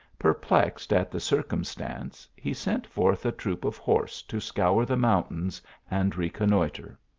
perplexed at the circum stance, he sent forth a troop of horse to scour the mountains and reconnoitre.